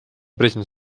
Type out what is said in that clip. president